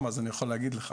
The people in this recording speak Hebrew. אז אני יכול להגיד לך